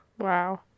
Wow